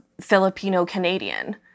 Filipino-Canadian